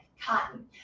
cotton